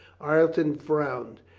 ireton frowned.